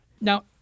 Now